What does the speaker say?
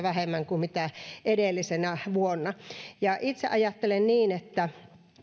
vähemmän kuin edellisenä vuonna itse ajattelen että